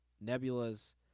Nebula's